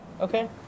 Okay